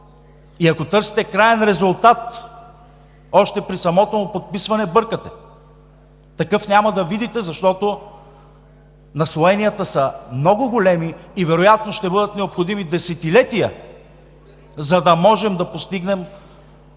Ако търсите краен резултат още при самото му подписване, бъркате. Такъв няма да видите, защото наслоенията са много големи и вероятно ще бъдат необходими десетилетия, за да можем да постигнем